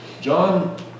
John